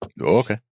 Okay